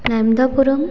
Narmadapuram